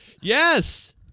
Yes